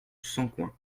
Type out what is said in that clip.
sancoins